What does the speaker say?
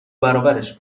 برابرش